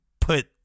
put